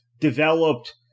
developed –